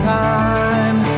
time